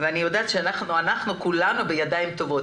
אני יודעת שכולנו נמצאים בידיים טובות.